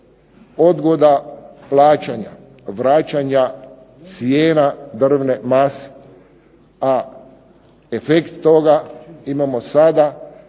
odgoda plaćanja, vraćanja cijena drvne mase, a efekt toga imamo sada